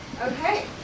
Okay